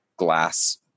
glass